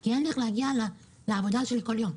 כי אין לי איך להגיע לעבודה שלי בכל יום.